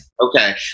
Okay